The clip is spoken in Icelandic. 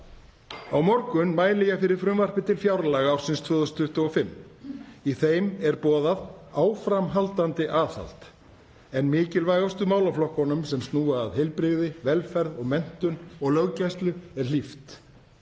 Á morgun mæli ég fyrir frumvarpi til fjárlaga ársins 2025. Í því er boðað áframhaldandi aðhald en mikilvægustu málaflokkunum sem snúa að heilbrigði, velferð, menntun og löggæslu er hlíft.